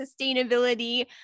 sustainability